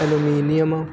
aluminum